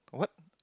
what